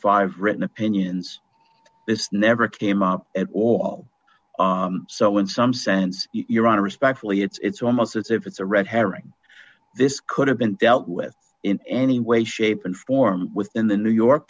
five written opinions this never came up at all so in some sense your honor respectfully it's almost as if it's a red herring this could have been dealt with in any way shape and form within the new york